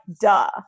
duh